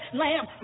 lamb